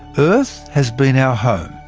earth has been our home,